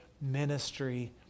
ministry